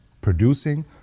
producing